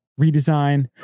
redesign